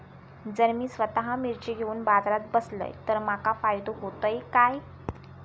जर मी स्वतः मिर्ची घेवून बाजारात बसलय तर माका फायदो होयत काय?